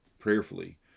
prayerfully